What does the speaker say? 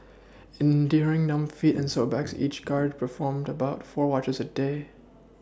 enduring numb feet and sore backs each guard performed about four watches a day